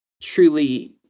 truly